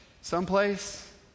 someplace